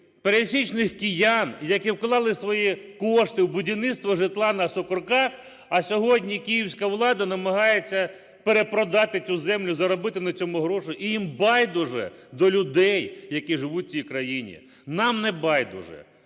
пересічних киян, які вклали свої кошти в будівництво житла на Осокорках, а сьогодні київська влада намагається перепродати цю землю, заробити на цьому гроші, і їм байдуже до людей, які живуть в цій країни. Нам не байдуже.